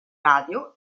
radio